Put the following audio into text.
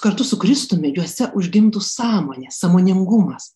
kartu su kristumi juose užgimtų sąmonė sąmoningumas